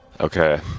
Okay